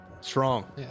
Strong